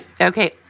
Okay